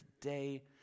today